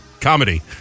comedy